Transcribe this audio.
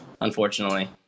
unfortunately